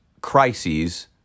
crises